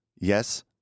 Yes